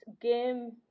game